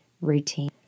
routine